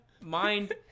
mind